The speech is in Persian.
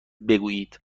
بگویید